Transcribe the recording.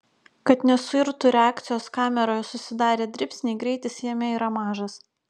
kad nesuirtų reakcijos kameroje susidarę dribsniai greitis jame yra mažas